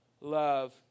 love